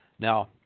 Now